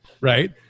right